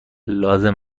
لازم